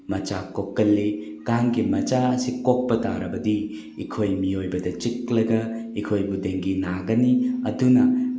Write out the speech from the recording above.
ꯃꯆꯥ ꯀꯣꯛꯀꯜꯂꯤ ꯀꯥꯡꯒꯤ ꯃꯆꯥ ꯑꯁꯤ ꯀꯣꯛꯄ ꯇꯥꯔꯕꯗꯤ ꯑꯩꯈꯣꯏ ꯃꯤꯑꯣꯏꯕꯗ ꯆꯤꯛꯂꯒ ꯑꯩꯈꯣꯏꯕꯨ ꯗꯦꯡꯒꯤ ꯅꯥꯒꯅꯤ ꯑꯗꯨꯅ